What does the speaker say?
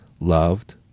loved